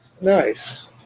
Nice